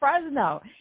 Fresno